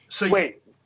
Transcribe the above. Wait